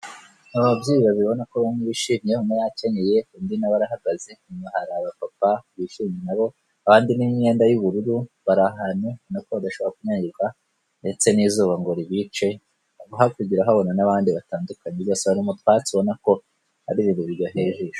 Aba babyeyi babiri urabona ko bombi bishimye, umwe yakenyeye undi na we arahagaze, inyuma hari abapapa bishimye nabo, abandi n'imyenda y'ubururu bari ahantu ubona ko badashobora kunyagirwa ndetse n'izuba ngo ribice, hakurya urahabona n'abandi batandukanye, gusa bari mu twatsi ubona ko ari ibirori biryoheye ijisho.